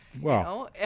Wow